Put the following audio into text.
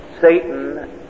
Satan